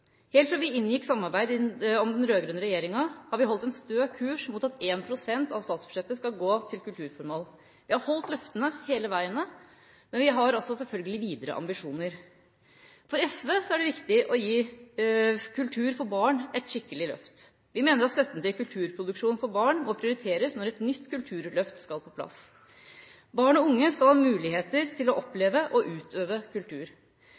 Helt fra vi inngikk et samarbeid i den rød-grønne regjeringa, har vi holdt en stø kurs mot at 1 pst. av statsbudsjettet skal gå til kulturformål. Vi har holdt løftene hele veien, men vi har selvfølgelig også videre ambisjoner. For SV er det viktig å gi kultur for barn et skikkelig løft. Vi mener at støtten til kulturproduksjon for barn må prioriteres når et nytt kulturløft skal på plass. Barn og unge skal ha muligheter til å oppleve og utøve kultur.